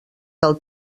del